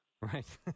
Right